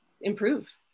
improve